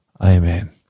Amen